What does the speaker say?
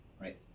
Right